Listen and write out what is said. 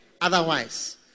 Otherwise